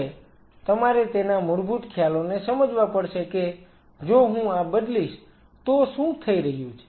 માટે તમારે તેના મૂળભૂત ખ્યાલોને સમજવા પડશે કે જો હું આ બદલીશ તો શું થઈ રહ્યું છે